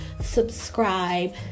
subscribe